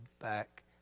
back